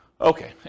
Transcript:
Okay